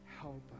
Help